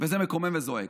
וזה מקומם וזועק.